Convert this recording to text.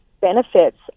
benefits